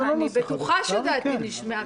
אני בטוחה שדעתי נשמעה.